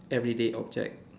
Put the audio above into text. everyday object